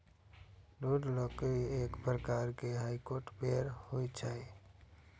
दृढ़ लकड़ी एक प्रकारक डाइकोट पेड़ होइ छै